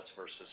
versus